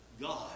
God